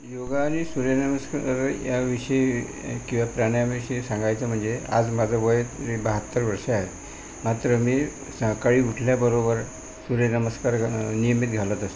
योग आणि सूर्यनमस्कार या विषयी किंवा प्राणायामाविषयी सांगायचं म्हणजे आज माझं वये बहात्तर वर्षं आहे मात्र मी सकाळी उठल्याबरोबर सूर्यनमस्कार घालत नियमित घालत असतो